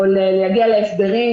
או להגיע להסדרים,